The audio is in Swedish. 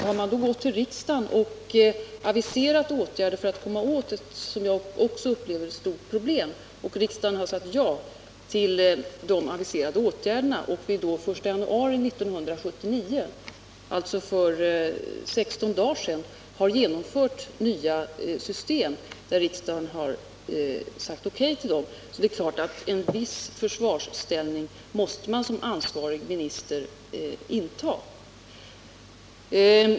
Har man aviserat åtgärder för att komma åt vad jag också upplever som ett stort problem, har riksdagen sagt ja till dessa åtgärder, och har det den 1 januari 1979, för 16 dagar sedan, genomförts nya system — som riksdagen alltså har sagt O.K. till — så är det klart att man som ansvarig minister måste inta en viss försvarsställning.